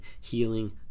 healing